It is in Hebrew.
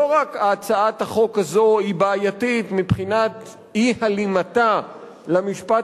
הצעת החוק הזו היא לא רק בעייתית מבחינת אי-הלימתה למשפט